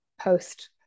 post